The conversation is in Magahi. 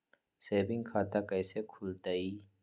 सेविंग खाता कैसे खुलतई?